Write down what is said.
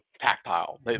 tactile